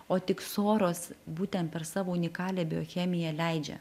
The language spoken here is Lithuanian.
o tik soros būtent per savo unikalią biochemiją leidžia